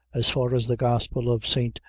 as far as the gospel of st.